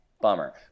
bummer